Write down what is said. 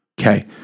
Okay